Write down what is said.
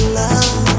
love